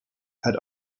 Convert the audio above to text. had